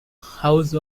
house